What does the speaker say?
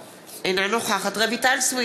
אינו נוכח קסניה סבטלובה, אינה נוכחת רויטל סויד,